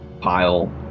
pile